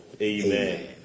Amen